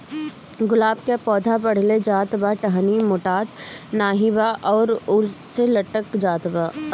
गुलाब क पौधा बढ़ले जात बा टहनी मोटात नाहीं बा ऊपर से लटक जात बा?